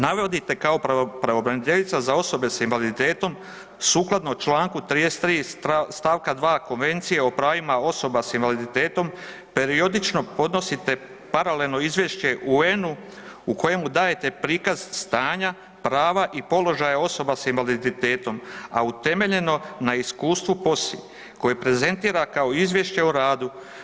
Navodite kao pravobraniteljica za osobe sa invaliditetom sukladno Članku 33. stavka 2. Konvencije o pravima osobe s invaliditetom periodično podnosite paralelno izvješće UN-u u kojem dajete prikaz stanja, prava i položaja osoba sa invaliditetom, a utemeljeno na iskustvu POSI koje prezentira kao izvješće o radu.